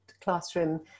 classroom